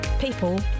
People